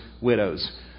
widows